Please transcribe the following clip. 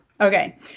Okay